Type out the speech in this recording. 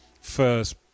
first